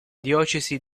diocesi